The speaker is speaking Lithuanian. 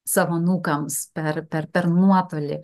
savo anūkams per per per nuotolį